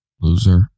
Loser